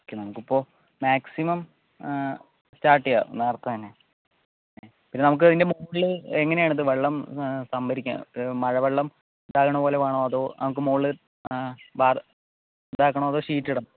okay നമുക്കിപ്പോൾ maximum start ചെയ്യാം നേരത്തെ തന്നെ പിന്നെ നമുക്ക് അതിൻ്റെ മുകളിൽ എങ്ങനെയാണ് അത് വെള്ളം സംഭരിക്കാൻ മഴവെള്ളം താഴണ പോലെ വേണോ അതോ മുകളിൽ ഇതാക്കണോ അതോ ഷീറ്റ് ഇടണോ